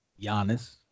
Giannis